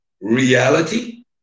reality